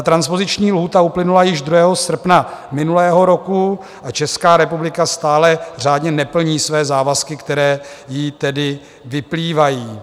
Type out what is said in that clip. Transpoziční lhůta uplynula již 2. srpna minulého roku a Česká republika stále řádně neplní své závazky, které jí tedy vyplývají.